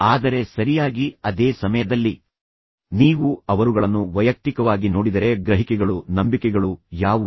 ಆದರೆ ಸರಿಯಾಗಿ ಅದೇ ಸಮಯದಲ್ಲಿ ನೀವು ಅವರುಗಳನ್ನು ವೈಯಕ್ತಿಕವಾಗಿ ನೋಡಿದರೆ ಗ್ರಹಿಕೆಗಳು ನಂಬಿಕೆಗಳು ಯಾವುವು